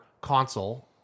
console